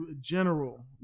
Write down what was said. General